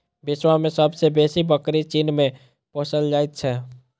विश्व मे सब सॅ बेसी बकरी चीन मे पोसल जाइत छै